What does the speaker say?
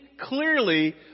clearly